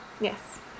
Yes